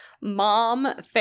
Mom